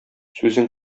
сүзең